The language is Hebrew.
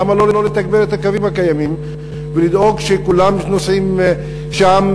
למה לא לתגבר את הקווים הקיימים ולדאוג שכולם נוסעים שם,